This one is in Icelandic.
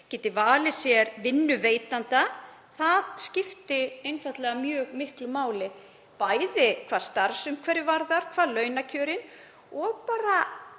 geti valið sér vinnuveitanda. Það skiptir einfaldlega mjög miklu máli hvað starfsumhverfi varðar, hvað launakjörin varðar